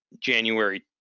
January